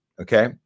okay